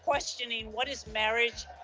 questioning what is marriage?